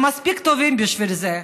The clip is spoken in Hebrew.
הם מספיק טובים בשביל זה,